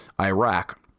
Iraq